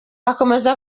akomeza